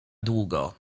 długo